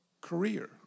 career